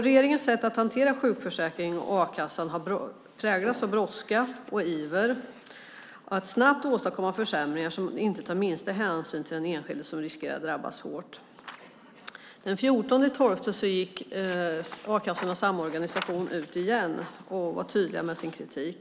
Regeringens sätt att hantera sjukförsäkringen och a-kassan har präglats av brådska och iver att snabbt åstadkomma försämringar som inte tar minsta hänsyn till den enskilde, som riskerar att drabbas hårt. Den 14 december gick Arbetslöshetskassornas Samorganisation ut igen och var tydlig med sin kritik.